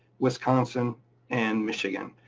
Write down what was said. wisconsin and michigan.